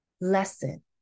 lesson